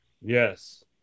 Yes